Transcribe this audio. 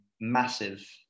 massive